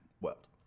world